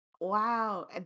Wow